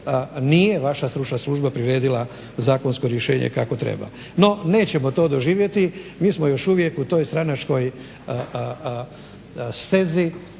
stručna služba priredila zakonsko rješenje kako treba. No nećemo to doživjeti, mi smo još uvijek u toj stranačkoj stezi